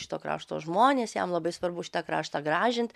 šito krašto žmonės jam labai svarbu šitą kraštą gražint